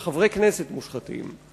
על חברי כנסת מושחתים,